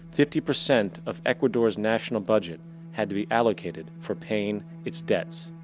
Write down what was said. fifty percent of ecuador's national budget had to be allocated for paying its debts.